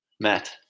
Matt